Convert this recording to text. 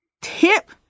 Tip